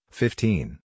fifteen